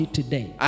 today